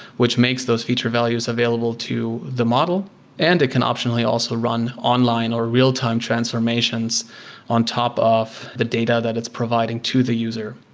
which makes those feature values available to the model and it can optionally also run online or real-time transformations on top of the data that it's providing to the user.